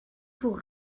pour